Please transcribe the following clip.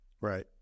Right